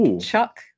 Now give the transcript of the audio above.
Chuck